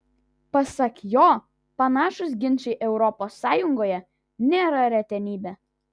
pasak jo panašūs ginčai europos sąjungoje nėra retenybė